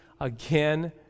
again